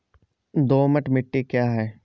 दोमट मिट्टी क्या है?